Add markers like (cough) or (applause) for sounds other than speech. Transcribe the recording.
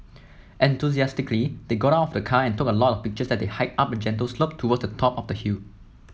(noise) enthusiastically they got out of the car and took a lot of pictures as they hiked up a gentle slope towards the top of the hill